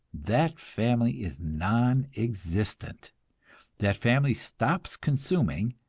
that family is non-existent that family stops consuming,